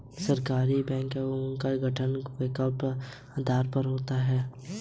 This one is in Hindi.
सहकारी बैंक वे बैंक हैं जिनका गठन और कार्यकलाप सहकारिता के आधार पर होता है